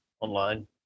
online